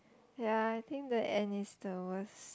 ya I think the end is the worst